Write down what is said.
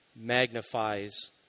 magnifies